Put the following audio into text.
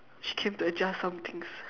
she came to adjust some things